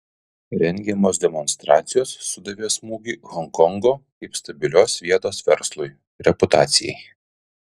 rengiamos demonstracijos sudavė smūgį honkongo kaip stabilios vietos verslui reputacijai